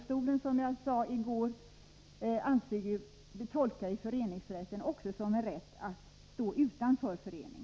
Som jag sade i går tolkar Europadomstolen föreningsrätten också som en rätt att stå utanför en förening.